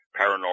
paranormal